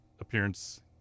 appearance